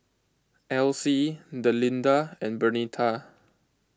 Alcie Delinda and Bernita